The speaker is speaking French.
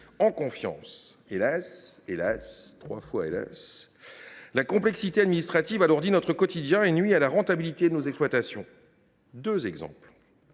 en confiance. Hélas ! hélas ! trois fois hélas ! la complexité administrative alourdit notre quotidien et nuit à la rentabilité de nos exploitations. Je prendrai